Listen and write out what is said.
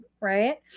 Right